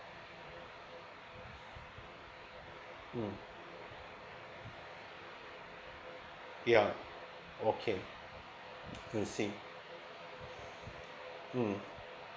mm yeah okay I see mm